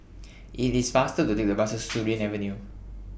IT IS faster to Take The Bus to Surin Avenue